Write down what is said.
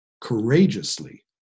courageously